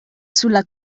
sulla